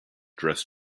dress